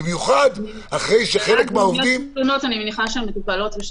אני מבין שיש ביקוש למטפלים הללו.